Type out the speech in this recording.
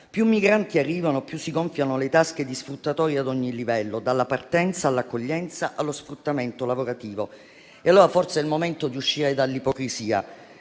Più migranti arrivano, più si gonfiano le tasche di sfruttatori ad ogni livello, dalla partenza all'accoglienza, allo sfruttamento lavorativo. È allora forse il momento di uscire dall'ipocrisia.